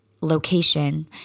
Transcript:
Location